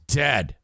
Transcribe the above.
dead